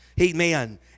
Amen